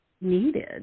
needed